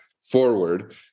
forward